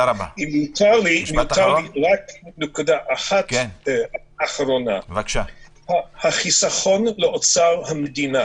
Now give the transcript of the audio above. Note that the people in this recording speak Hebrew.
נקודה אחרונה, החיסכון לאוצר המדינה